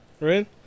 Right